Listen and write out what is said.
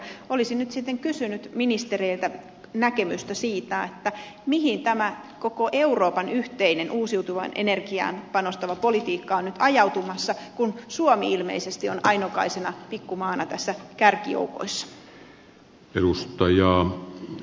olisin nyt sitten kysynyt ministereiltä näkemystä siitä mihin tämä koko euroopan yhteinen uusiutuvaan energiaan panostava politiikka on nyt ajautumassa kun suomi ilmeisesti on tässä ainokaisena pikkumaana kärkijoukoissa